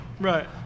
Right